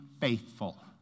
faithful